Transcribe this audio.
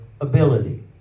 ability